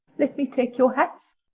let me take your hats.